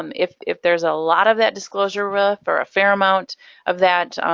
um if if there's a lot of that disclosure risk or a fair amount of that,